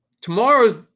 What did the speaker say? tomorrow's